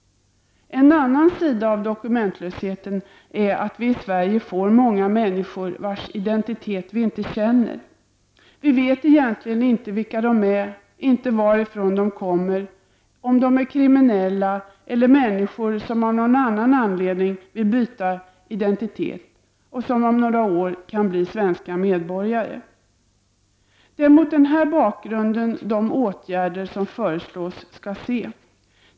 En annan sida av dokumentlösheten är att vi i Sverige får många människor vilkas identitet vi inte känner. Vi vet egentligen inte vilka de är, inte varifrån de kommer, om de är kriminella eller människor som av någon annan anledning vill byta identitet och som om några år kan bli svenska medborgare. Det är mot den här bakgrunden de åtgärder som föreslås skall ses.